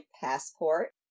passport